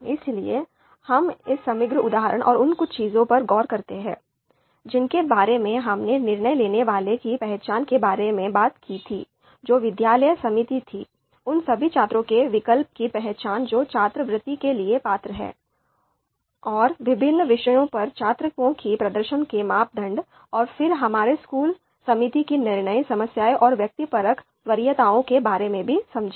इसलिए हम इस समग्र उदाहरण और उन कुछ चीजों पर गौर करते हैं जिनके बारे में हमने निर्णय लेने वाले की पहचान के बारे में बात की थी जो विद्यालय समिति थी उन सभी छात्रों के विकल्प की पहचान जो छात्रवृत्ति के लिए पात्र हैं और विभिन्न विषयों पर छात्रों के प्रदर्शन के मापदंड और फिर हमने स्कूल समिति की निर्णय समस्या और व्यक्तिपरक वरीयताओं के बारे में भी समझा